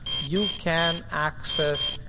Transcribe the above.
you can access,